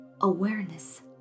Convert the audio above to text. Awareness